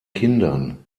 kindern